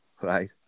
Right